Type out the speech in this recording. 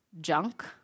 junk